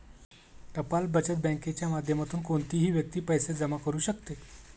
टपाल बचत बँकेच्या माध्यमातून कोणतीही व्यक्ती पैसे जमा करू शकते